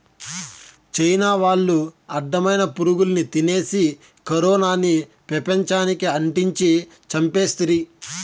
China వాళ్లు అడ్డమైన పురుగుల్ని తినేసి కరోనాని పెపంచానికి అంటించి చంపేస్తిరి